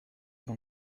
dans